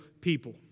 people